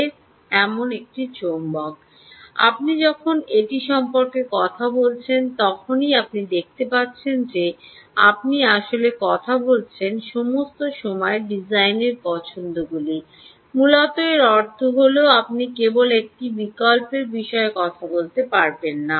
এমন একটি চৌম্বক আপনি যখন এটি সম্পর্কে কথা বলছেন তখনই আপনি দেখতে পাচ্ছেন যে আপনি আসলে কথা বলছেন সমস্ত সময় ডিজাইনের পছন্দগুলি মূলত এর অর্থ হল আপনি কেবল একটি বিকল্পের বিষয়ে কথা বলতে পারবেন না